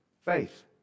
faith